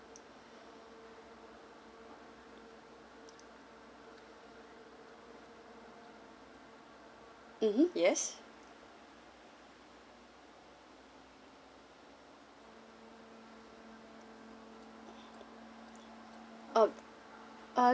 mmhmm yes uh err